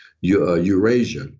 Eurasia